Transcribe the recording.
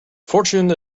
fortune